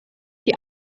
die